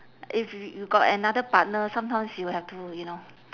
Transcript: if you you got another partner sometimes you will have to you know